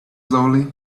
slowly